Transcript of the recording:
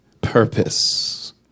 purpose